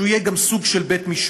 שיהיה גם סוג של בית-משפט.